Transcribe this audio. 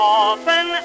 often